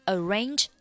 Arrange